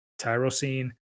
tyrosine